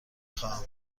خواهم